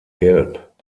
gelb